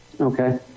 Okay